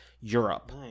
Europe